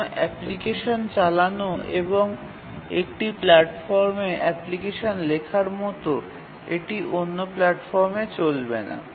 কোনও অ্যাপ্লিকেশন একটি প্ল্যাটফর্মে তৈরি হলে সেটি অন্য প্ল্যাটফর্মে চলবে না